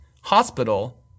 hospital